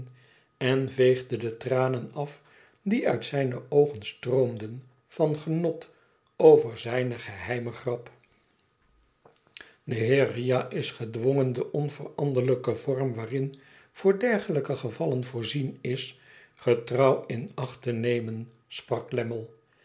en veegde de tranen af die uit zijne oogen stroomden van genot over zijne geheime grap de heer riah is gedwongen den onveranderlijken vorm waarin voor dergelijke gevallen voorzien is getrouw in acht te nemen